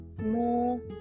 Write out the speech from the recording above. More